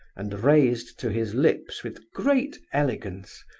and raised to his lips with great elegance,